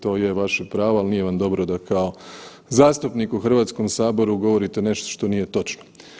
To je vaše pravo, ali nije vam dobro da kao zastupnik u Hrvatskome saboru govorite nešto što nije točno.